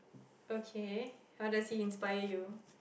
okay how does he inspire you